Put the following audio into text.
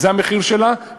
זה המחיר שלה,